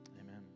amen